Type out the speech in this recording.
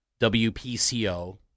WPCO